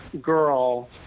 girl